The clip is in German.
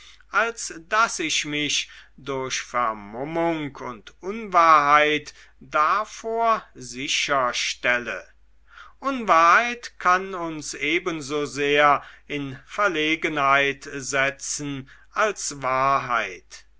als daß ich mich durch vermummung und unwahrheit davor sicherstelle unwahrheit kann uns ebensosehr in verlegenheit setzen als wahrheit